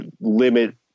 limit